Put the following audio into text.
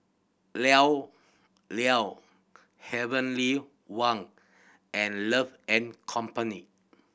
Llao Llao Heavenly Wang and Love and Company